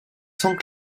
sans